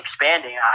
expanding